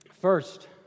First